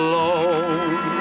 Alone